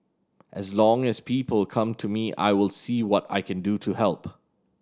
as long as people come to me I will see what I can do to help